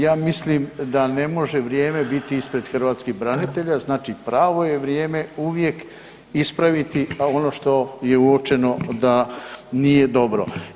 Ja mislim da ne može vrijeme biti ispred hrvatskih branitelja, znači pravo je vrijeme ispraviti ono što je uočeno da nije dobro.